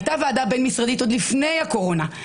הייתה ועדה בין-משרדית עוד לפני הקורונה,